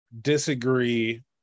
disagree